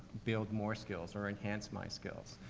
build more skills or enhance my skills?